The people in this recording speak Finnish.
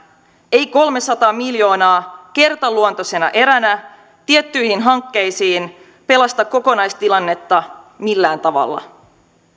ei kolmesataa miljoonaa kertaluonteisena eränä tiettyihin hankkeisiin pelasta kokonaistilannetta millään tavalla